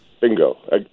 Bingo